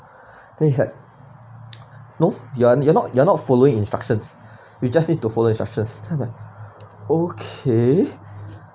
then he's like no you're not you're not following instructions you just need to follow instructions then I'm like okay